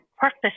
purpose